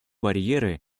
барьеры